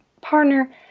partner